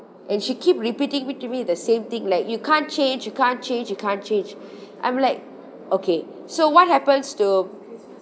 and she keep repeating with me the same thing like you can't change you can't change you can't change I'm like okay so what happens to